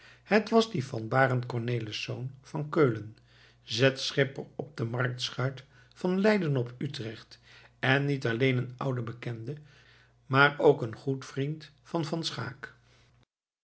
het was die van barend cornelisz van keulen zetschipper op de marktschuit van leiden op utrecht en niet alleen een oud bekende maar ook een goed vriend van van schaeck